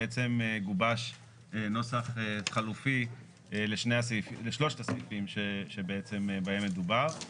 בעצם גובש נוסח חלופי לשלושת הסעיפים שבהם מדובר.